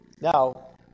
Now